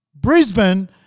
Brisbane